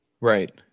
Right